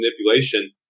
manipulation